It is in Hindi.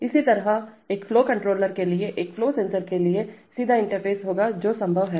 इसी तरह एक फ्लो कंट्रोलर के लिए एक फ्लो सेंसर के लिए सीधा इंटरफेस होगा जो संभव है